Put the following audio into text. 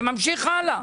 זה ממשיך הלאה.